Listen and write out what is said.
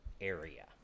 area